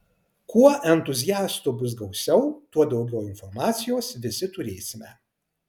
kuo entuziastų bus gausiau tuo daugiau informacijos visi turėsime